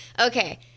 Okay